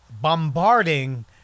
bombarding